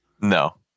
No